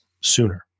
sooner